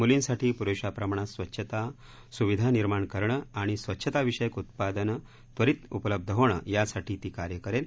मुलींसाठी पुरेशा प्रमाणात स्वच्छता सुविधा निर्माण करणं आणि स्वच्छता विषयक उत्पादनं त्वरित उपलब्ध होणं यासाठी ती कार्य करेल